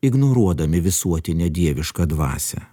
ignoruodami visuotinę dievišką dvasią